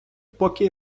поки